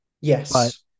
Yes